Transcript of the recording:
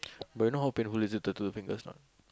but you know how painful is it to tattoo the fingers not